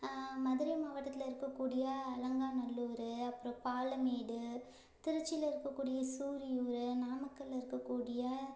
மதுரை மாவட்டத்தில் இருக்கக்கூடிய அலங்காநல்லூர் அப்புறம் பாலமேடு திருச்சியில இருக்கக்கூடிய சூரியூர் நாமக்கல்ல இருக்கக்கூடிய